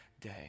day